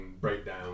breakdown